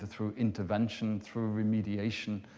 through intervention, through remediation,